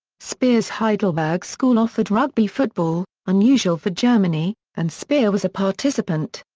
speer's heidelberg school offered rugby football, unusual for germany, and speer was a participant.